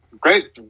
great